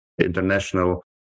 international